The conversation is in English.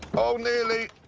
oh, nearly!